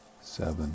seven